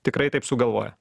tikrai taip sugalvoja